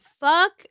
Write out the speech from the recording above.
fuck